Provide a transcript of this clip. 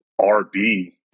RB